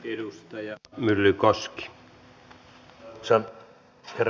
arvoisa herra puhemies